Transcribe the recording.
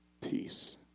peace